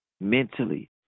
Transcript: mentally